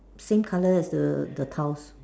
same colour as the the tiles